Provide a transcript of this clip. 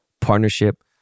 partnership